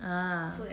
ah